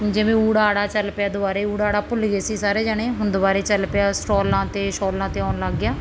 ਜਿਵੇਂ ਊੜਾ ਆੜਾ ਚੱਲ ਪਿਆ ਦੁਬਾਰਾ ਊੜਾ ਆੜਾ ਭੁੱਲ ਗਏ ਸੀ ਸਾਰੇ ਜਣੇ ਹੁਣ ਦੁਬਾਰਾ ਚੱਲ ਪਿਆ ਸਟੋਲਾਂ 'ਤੇ ਸੋਲਾਂ 'ਤੇ ਆਉਣ ਲੱਗ ਗਿਆ